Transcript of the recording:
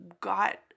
got